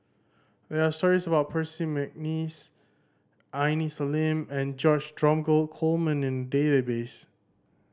there are stories about Percy McNeice Aini Salim and George Dromgold Coleman in database